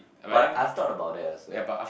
but I stop about that also